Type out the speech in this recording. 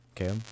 Okay